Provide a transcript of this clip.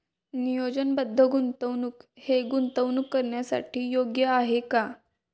नियोजनबद्ध गुंतवणूक हे गुंतवणूक करण्यासाठी योग्य आहे का?